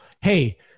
Hey